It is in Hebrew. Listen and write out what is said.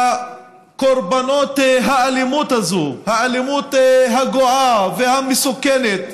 לקורבנות האלימות הזאת, האלימות הגואה והמסוכנת,